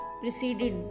preceded